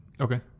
Okay